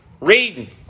reading